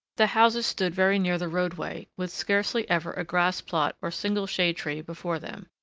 the houses stood very near the roadway, with scarcely ever a grass plot or single shade tree before them.